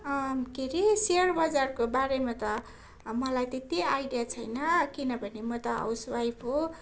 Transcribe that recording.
के अरे सेयर बजारको बारेमा त मलाई त्यति आइडिया छैन किनभने म त हाउसवाइफ हो